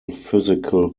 physical